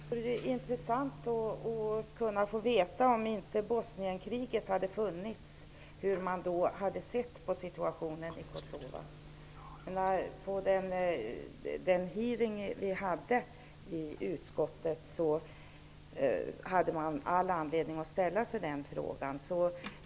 Herr talman! Det vore intressant att veta hur man hade sett på situationen i Kosova om inte Bosnienkriget hade funnits. Vid den hearing som vi hade i utskottet hade man all anledning att ställa sig den frågan.